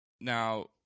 Now